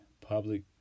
public